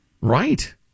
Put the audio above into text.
Right